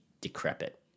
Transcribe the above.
decrepit